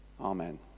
Amen